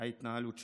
ההתנהלות שלו,